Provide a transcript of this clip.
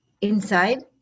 inside